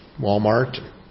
Walmart